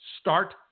Start